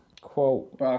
quote